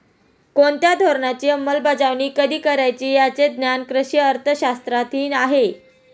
कोणत्या धोरणाची अंमलबजावणी कधी करायची याचे ज्ञान कृषी अर्थशास्त्रातही आहे